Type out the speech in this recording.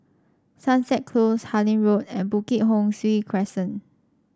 Sunset Close Harlyn Road and Bukit Ho Swee Crescent